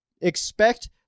expect